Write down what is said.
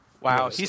Wow